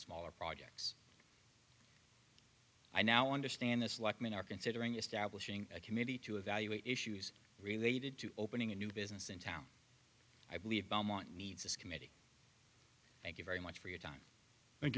smaller projects i now understand this like many are considering establishing a committee to evaluate issues related to opening a new business in town i believe belmont needs this committee thank you very much for your time and